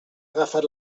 agafat